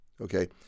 okay